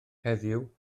heddiw